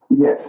Yes